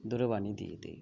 दूरवाणीं दीयते